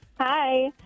Hi